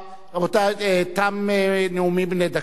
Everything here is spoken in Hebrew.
רבותי, תמו נאומים בני דקה.